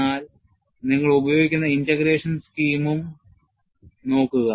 എന്നാൽ നിങ്ങൾ ഉപയോഗിക്കുന്ന ഇന്റഗ്രേഷൻ സ്കീമും നോക്കുക